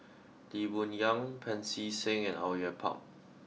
Lee Boon Yang Pancy Seng and Au Yue Pak